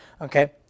Okay